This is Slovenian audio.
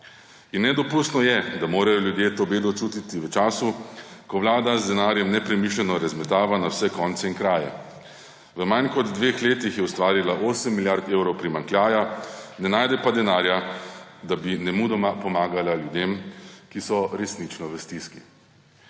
In nedopustno je, da morajo ljudje to bedo čutiti v času, ko vlada z denarjem nepremišljeno razmetava na vse konce in kraje. V manj kot dveh letih je ustvarila 8 milijard evrov primanjkljaja, ne najde pa denarja, da bi nemudoma pomagala ljudem, ki so resnično v stiski.